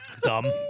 dumb